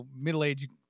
middle-aged